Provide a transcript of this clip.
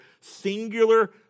singular